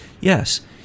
Yes